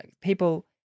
People